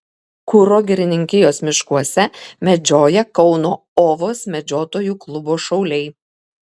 kuro girininkijos miškuose medžioja kauno ovos medžiotojų klubo šauliai